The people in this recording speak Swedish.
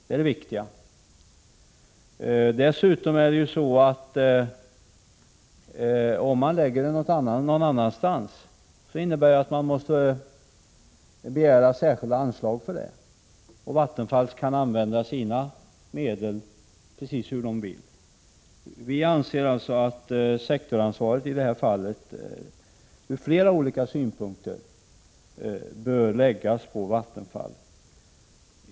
Om ansvaret läggs någon annanstans innebär det att det måste ges särskilda anslag för det, men Vattenfall kan använda sina medel precis hur man vill. Vi socialdemokrater anser alltså att sektorsansvaret i detta fall från flera olika synpunkter bör läggas på Vattenfall.